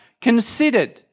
considered